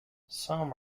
some